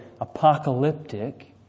apocalyptic